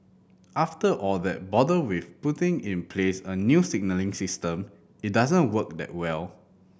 after all that bother with putting in place a new signalling system it doesn't work that well